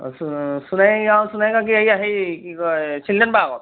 কি কয় ছিলডেন পাৰ্কত